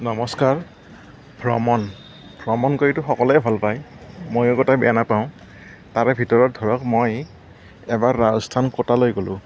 নমস্কাৰ ভ্ৰমণ ভ্ৰমণ কৰিতো সকলোৱে ভাল পায় মইয়ো একো এটা বেয়া নাপাওঁ তাৰে ভিতৰত ধৰক মই এইবাৰ ৰাজস্থান ক'টালৈ গ'লো